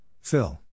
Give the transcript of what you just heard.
Phil